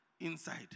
inside